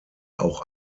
auch